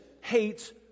hates